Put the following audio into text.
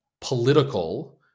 political